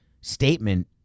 statement